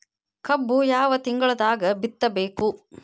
ಕಬ್ಬು ಯಾವ ತಿಂಗಳದಾಗ ಬಿತ್ತಬೇಕು?